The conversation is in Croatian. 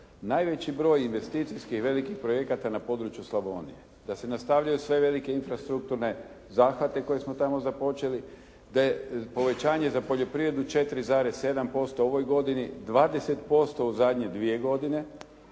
najveći broj investicijskih velikih projekata na području Slavonije, da se nastavljaju sve velike infrastrukturne zahvate koje smo tamo započeli, da je povećanje za poljoprivredu 4,7% u ovoj godini, 20% u zadnje dvije godine,